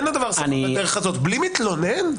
בלי מתלונן?